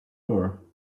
girl